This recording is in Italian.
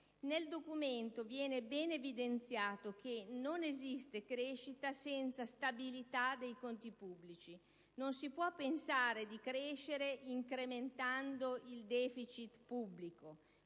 Nel documento viene ben evidenziato che non esiste crescita senza stabilità dei conti pubblici. Non si può pensare di crescere incrementando il deficit pubblico;